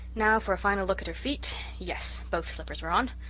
now for a final look at her feet. yes, both slippers were on.